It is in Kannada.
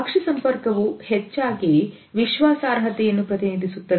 ಅಕ್ಷಿ ಸಂಪರ್ಕವು ಹೆಚ್ಚಾಗಿ ವಿಶ್ವಾಸಾರ್ಹತೆಯನ್ನು ಪ್ರತಿನಿಧಿಸುತ್ತದೆ